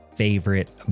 favorite